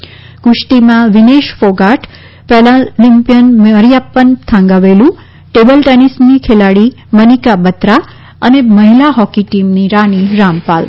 કુશ્તીમાં Vinesh Phogat paralympian Mariyappan Thangavelu table ટેનીસની ખેલાડીની મનીકા બત્રા અને મહિલા હોકી ટીમની રાની રામપાલ